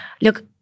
Look